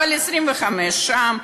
אבל 25 שם,